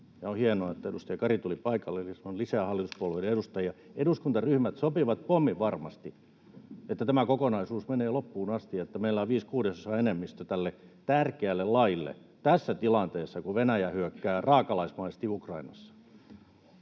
on hienoa, että edustaja Kari tuli paikalle, on lisää hallituspuolueiden edustajia — sopivat pomminvarmasti, että tämä kokonaisuus menee loppuun asti ja että meillä on viiden kuudesosan enemmistö tälle tärkeälle laille tässä tilanteessa, kun Venäjä hyökkää raakalaismaisesti Ukrainassa.